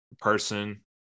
person